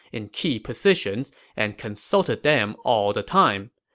in key positions and consulted them all the time.